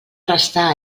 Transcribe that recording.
restar